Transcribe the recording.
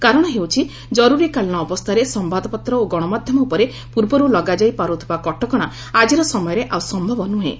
କାରଣ ହେଉଛି ଜରୁରୀକାଳିନୀ ଅବସ୍ଥାରେ ସମ୍ଭାଦପତ୍ର ଓ ଗଣମାଧ୍ୟମ ଭପରେ ପୂର୍ବରୁ ଲଗାଯାଇପାରୁଥିବା କଟକଣା ଆକ୍ରି ସମୟରେ ଆଉ ସମ୍ଭବ ନୁହେଁ